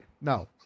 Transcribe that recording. no